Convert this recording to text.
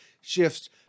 shifts